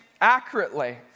accurately